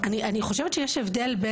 אני חושבת שיש הבדל,